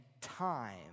time